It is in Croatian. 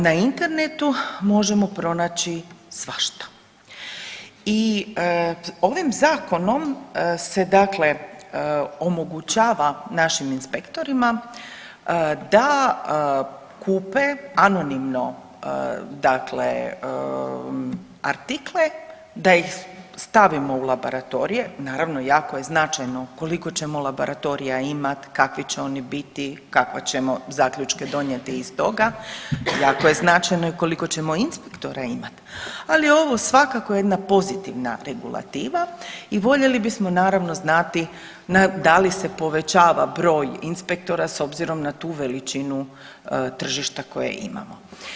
Na internetu možemo pronaći svašta i ovim Zakonom se dakle omogućava našim inspektorima da kupe anonimno dakle artikle da ih stavimo u labaratorije, naravno, jako je značajno koliko ćemo labaratorija imati, kakvi će oni biti, kakva ćemo zaključke donijeti iz toga, jako je značajno i koliko ćemo inspektora imati, ali ovo svakako jedna pozitivna regulativa i voljeli bismo naravno, znati da li se povećava broj inspektora s obzirom na tu veličinu tržišta koje imamo.